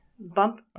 bump